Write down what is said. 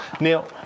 Neil